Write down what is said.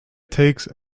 takes